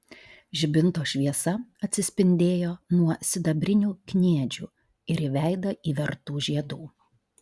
žibinto šviesa atsispindėjo nuo sidabrinių kniedžių ir į veidą įvertų žiedų